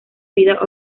vida